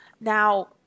Now